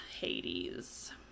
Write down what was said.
Hades